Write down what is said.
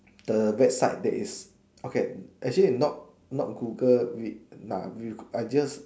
the website that is okay actually not not Google not we nah we are just